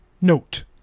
Note